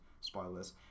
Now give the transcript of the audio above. Spoilers